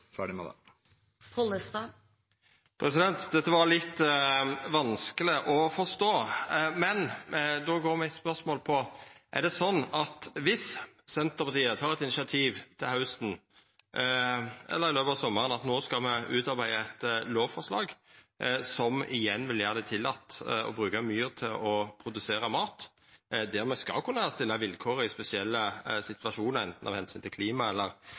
ferdig med det. Dette var litt vanskeleg å forstå, men då er mitt spørsmål: Om Senterpartiet tek eit initiativ, til hausten eller i løpet av sommaren, til å utarbeida eit lovforslag som igjen vil gjera det tillate å bruka myr til å produsera mat, der me skal kunna stilla vilkår i spesielle situasjonar, av omsyn til anten klimaet eller